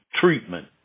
treatment